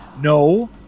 no